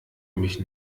mich